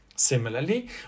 Similarly